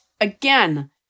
again